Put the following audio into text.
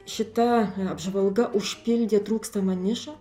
šita apžvalga užpildė trūkstamą nišą